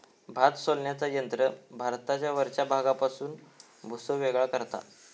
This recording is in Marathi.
भात सोलण्याचा यंत्र भाताच्या वरच्या भागापासून भुसो वेगळो करता